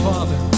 Father